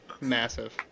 Massive